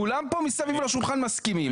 כולם פה מסביב לשולחן מסכימים,